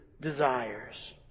desires